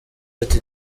ati